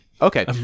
Okay